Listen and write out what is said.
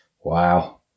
wow